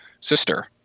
Sister